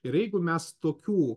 ir jeigu mes tokių